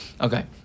okay